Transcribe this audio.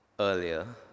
earlier